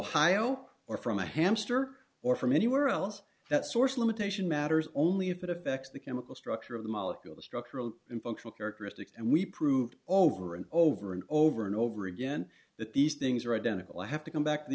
ohio or from a hamster or from anywhere else that source limitation matters only if it effects the chemical structure of the molecule the structural and functional characteristics and we proved over and over and over and over again that these things are identical i have to come back t